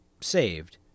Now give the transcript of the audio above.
saved